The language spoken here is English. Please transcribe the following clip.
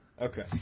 Okay